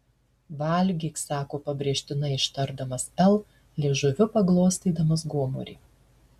valgyk sako pabrėžtinai ištardamas l liežuviu paglostydamas gomurį